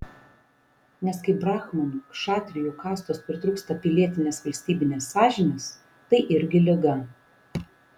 nes kai brahmanų kšatrijų kastos pritrūksta pilietinės valstybinės sąžinės tai irgi liga